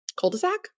cul-de-sac